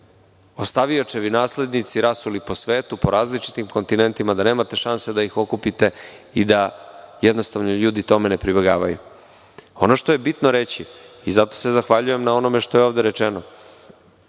ostaviočevi naslednici rasuli po svetu, po različitim kontinentima, da nemate šanse da ih okupite i da jednostavno ljudi tome ne pribegavaju. Ono što je bitno reći i zato se zahvaljujem na onome što je ovde rečeno,